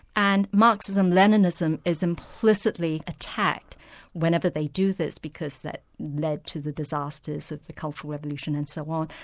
and marxism-leninism is implicitly attacked whenever they do this, because that led to the disasters of the cultural revolution and so on.